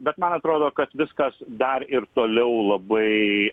bet man atrodo kad viskas dar ir toliau labai